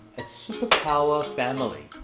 a superpower family.